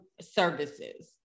services